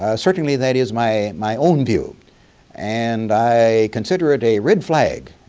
ah certainly that is my my own view and i consider it a red flag,